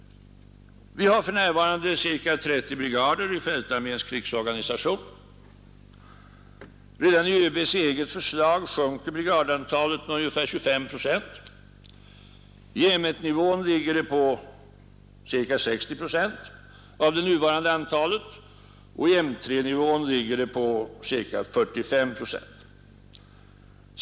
Vi har för närvarande ca 30 brigader i fältarméns krigsorganisation. Redan i ÖB:s eget förslag sjunker brigadantalet med ungefär 25 procent. I M I1-nivån ligger det på ca 60 procent av det nuvarande antalet. I M 3-nivån ligger det på ca 45 procent.